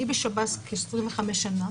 אני בשב"ס כ-25 שנה,